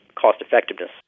cost-effectiveness